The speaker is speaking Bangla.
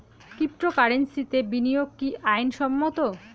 ক্রিপ্টোকারেন্সিতে বিনিয়োগ কি আইন সম্মত?